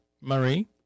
Marie